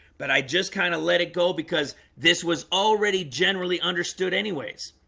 but i just kind of let it go because this was already generally understood anyways,